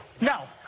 no